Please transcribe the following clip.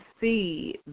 see